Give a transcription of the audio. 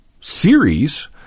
series